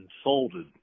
insulted